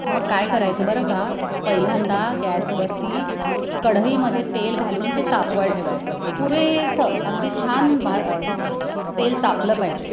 मग काय करायचं बरं का पहिल्यांदा गॅसवरती कढईमध्ये तेल घालून ते तापवाय ठेवायचं पुरेसं अगदी छान भा तेल तापलं पाहिजे